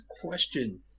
question